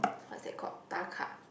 what's that called 打卡